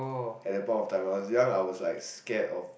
at the point of time when I was young I was like scared of